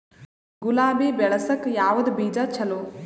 ಗುಲಾಬಿ ಬೆಳಸಕ್ಕ ಯಾವದ ಬೀಜಾ ಚಲೋ?